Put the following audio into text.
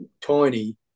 tiny